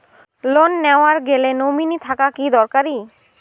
Loan নেওয়ার গেলে nominee থাকা কি দরকারী?